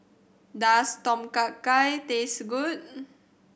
does Tom Kha Gai taste good